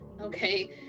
Okay